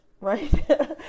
right